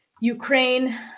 Ukraine